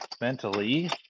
mentally